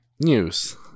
News